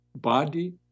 body